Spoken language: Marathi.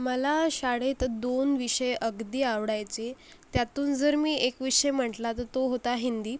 मला शाळेत दोन विषय अगदी आवडायचे त्यातून जर मी एक विषय म्हटला तर तो होता हिंदी